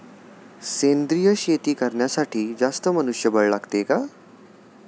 सेंद्रिय शेती करण्यासाठी जास्त मनुष्यबळ लागते का?